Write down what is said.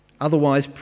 otherwise